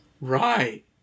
Right